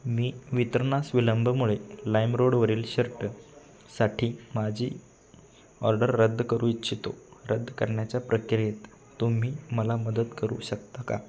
मी वितरणास विलंबामुळे लाईमरोडवरील शर्ट साठी माझी ऑर्डर रद्द करू इच्छितो रद्द करण्याच्या प्रक्रियेत तुम्ही मला मदत करू शकता का